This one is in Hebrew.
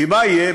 כי מה יהיה,